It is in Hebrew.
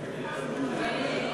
שלושה נכחו אך